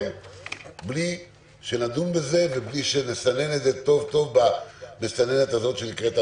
בלי שנדון בזה ובלי שנסנן את זה טוב טוב במסננת שנקראת הוועדה.